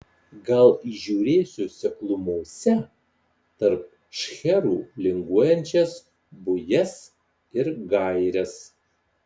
gal įžiūrėsiu seklumose tarp šcherų linguojančias bujas ir gaires